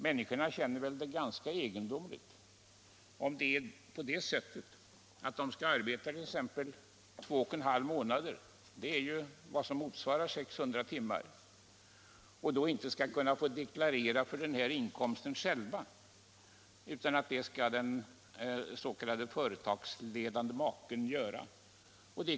Människorna tycker att det är egendomligt om de trots att de arbetar två och en halv månader — det motsvarar 600 timmar — inte själva skall få deklarera för den inkomsten; det skall den s.k. företagsledande maken göra.